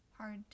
hard